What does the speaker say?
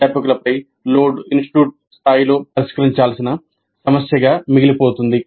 అధ్యాపకులపై load institute స్థాయిలో పరిష్కరించాల్సిన సమస్యగా మిగిలిపోతుంది